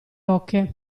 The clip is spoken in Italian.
oche